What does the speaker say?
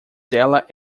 dela